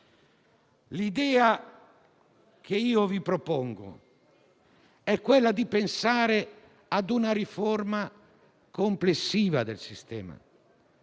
l'idea che io vi propongo è quella di pensare ad una riforma complessiva del sistema.